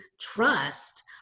trust